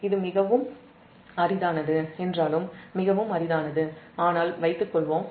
இது மிகவும் அரிதானது என்று வைத்துக்கொள்வோம்